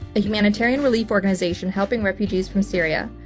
a humanitarian relief organization helping refugees from syria.